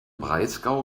breisgau